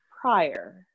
prior